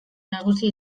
nagusi